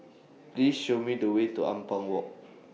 Please Show Me The Way to Ampang Walk